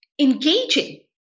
engaging